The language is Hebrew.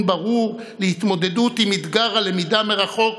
ברור להתמודדות עם אתגר הלמידה מרחוק,